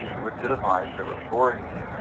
de-legitimise their authority and